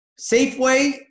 Safeway